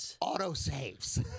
Auto-saves